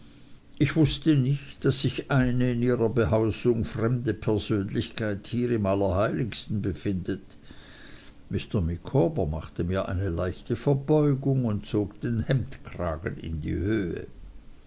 ich wußte nicht daß sich eine in ihrer behausung fremde persönlichkeit hier im allerheiligsten befindet mr micawber machte mir eine leichte verbeugung und zog den hemdkragen in die höhe